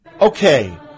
Okay